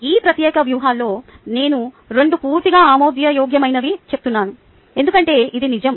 ఈ ప్రత్యేక వ్యూహంలో నేను రెండూ పూర్తిగా ఆమోదయోగ్యమైనవని చెప్తున్నాను ఎందుకంటే ఇది నిజం